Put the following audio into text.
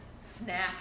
snap